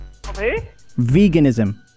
veganism